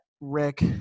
Rick